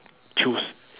choose